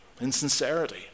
insincerity